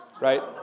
Right